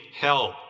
help